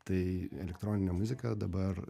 tai elektroninė muzika dabar